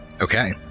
Okay